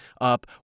up